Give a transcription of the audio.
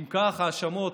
אם ההאשמות,